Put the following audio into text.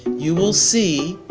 you will see